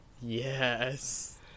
Yes